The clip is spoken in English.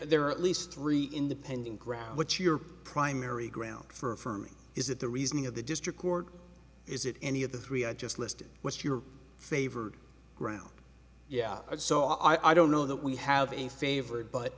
there are at least three independent ground what's your primary ground for affirming is that the reasoning of the district court is that any of the three i just listed what's your favorite ground yeah so i don't know that we have a favorite but